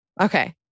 Okay